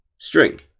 string